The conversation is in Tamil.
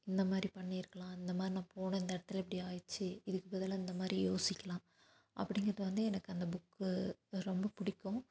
இந்த மாதிரி பண்ணியிருக்கலாம் அந்த மாதிரி நான் போன இந்த இடத்துல இப்படி ஆயிடிச்சு இதுக்கு பதிலாக இந்த மாதிரி யோசிக்கலாம் அப்படிங்கிறது வந்து எனக்கு அந்த புக்கு ரொம்ப பிடிக்கும்